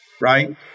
right